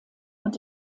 und